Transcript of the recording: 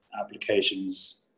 Applications